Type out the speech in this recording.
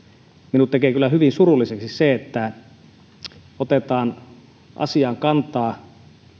minut tekee kyllä hyvin surulliseksi se että otetaan asiaan kantaa